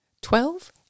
Twelve